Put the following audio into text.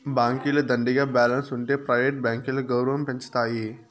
బాంకీల దండిగా బాలెన్స్ ఉంటె ప్రైవేట్ బాంకీల గౌరవం పెంచతాయి